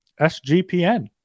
SGPN